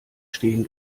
stehen